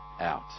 out